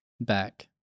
Back